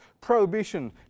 prohibition